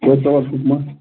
کٔرۍتو حظ حُکما